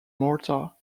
mortar